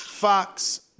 Fox